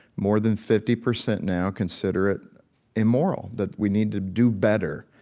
more than fifty percent now consider it immoral, that we need to do better.